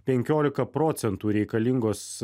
penkiolika procentų reikalingos